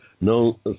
no